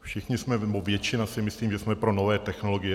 Všichni jsme, nebo většina, myslím, jsme pro nové technologie.